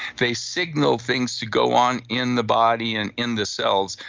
they signal things to go on in the body and in the cells,